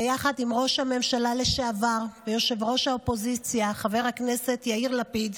ביחד עם ראש הממשלה לשעבר וראש האופוזיציה חבר הכנסת יאיר לפיד,